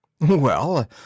Well